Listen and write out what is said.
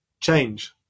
change